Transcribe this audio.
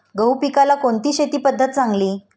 गहू पिकाला कोणती शेती पद्धत चांगली?